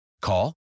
Call